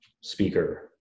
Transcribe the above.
speaker